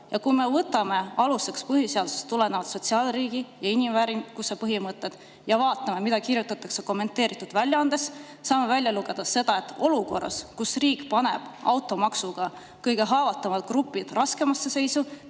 Kui me võtame aluseks põhiseadusest tulenevad sotsiaalriigi ja inimväärikuse põhimõtted ja vaatame, mida kirjutatakse kommenteeritud väljaandes, saame välja lugeda, et olukorras, kus riik paneb automaksuga kõige haavatavamad grupid raskemasse seisu